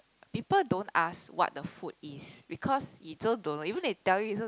people don't ask what the food is because you also don't know even if they tell you you also